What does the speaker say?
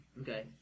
Okay